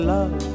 Love